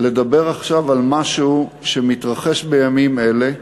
לדבר עכשיו על משהו שמתרחש בימים אלה,